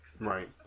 right